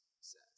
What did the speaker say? says